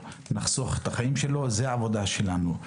נחסוך את החיים שלו זה העבודה שלנו.